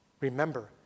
Remember